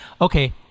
okay